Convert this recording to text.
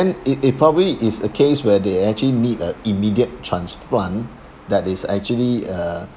then it it probably is a case where they actually need a immediate transplant that is actually uh